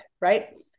right